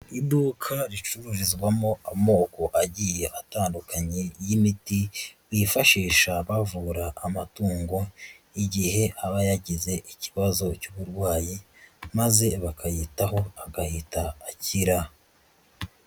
Iduka ricururizwamo amoko agiye atandukanye y'imiti, yifashisha bavura amatungo, igihe aba yagize ikibazo cy'uburwayi, maze bakayitaho agahita akira.